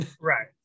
Right